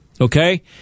okay